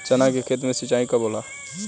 चना के खेत मे सिंचाई कब होला?